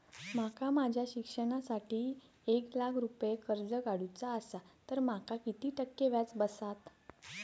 माका माझ्या शिक्षणासाठी एक लाख रुपये कर्ज काढू चा असा तर माका किती टक्के व्याज बसात?